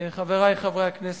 חברי חברי הכנסת,